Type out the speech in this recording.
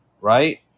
right